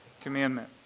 commandment